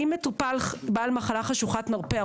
אם מטופל בעל מחלת חשוכת מרפא,